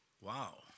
Wow